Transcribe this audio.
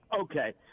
Okay